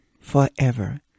forever